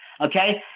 Okay